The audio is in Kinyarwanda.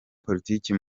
politiki